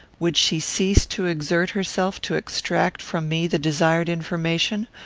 would she cease to exert herself to extract from me the desired information,